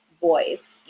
voice